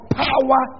power